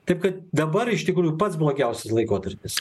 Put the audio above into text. taip kad dabar iš tikrųjų pats blogiausias laikotarpis